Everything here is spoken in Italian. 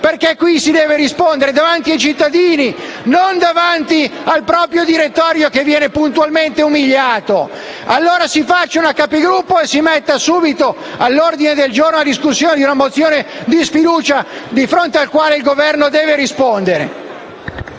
Perché qui si deve rispondere davanti ai cittadini e non davanti al proprio direttorio, che viene puntualmente umiliato. Si convochi una Conferenza dei Capigruppo e si metta subito all'ordine del giorno la discussione di una mozione di sfiducia di fronte alla quale il Governo deve rispondere.